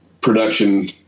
production